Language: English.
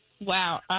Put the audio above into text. Wow